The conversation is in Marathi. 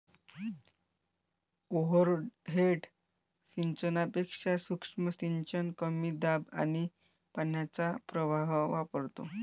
ओव्हरहेड सिंचनापेक्षा सूक्ष्म सिंचन कमी दाब आणि पाण्याचा प्रवाह वापरतो